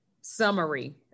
summary